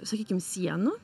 sakykim sienų